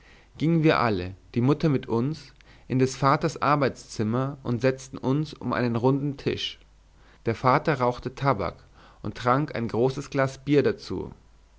gingen wir alle die mutter mit uns in des vaters arbeitszimmer und setzten uns um einen runden tisch der vater rauchte tabak und trank ein großes glas bier dazu